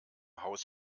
haus